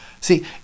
See